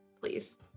please